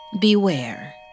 beware